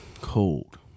cold